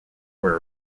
were